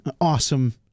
awesome